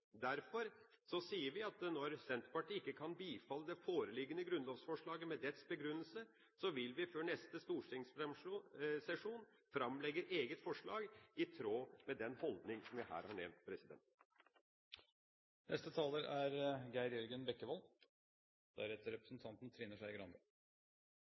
Derfor sier vi at når Senterpartiet ikke kan bifalle det foreliggende grunnlovsforslaget med dets begrunnelse, vil vi før neste stortingssesjon framlegge eget forslag, i tråd med den holdningen som jeg her har nevnt.